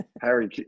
Harry